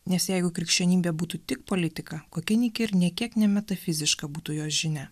nes jeigu krikščionybė būtų tik politika kokia nyki ir nė kiek ne metafiziška būtų jos žinia